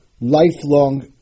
lifelong